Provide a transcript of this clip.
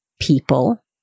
people